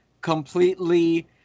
completely